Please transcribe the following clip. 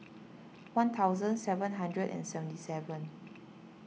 one thousand seven hundred and seventy seven